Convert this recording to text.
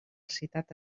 citat